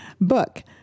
book